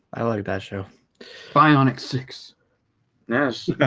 i like that show bionic six yes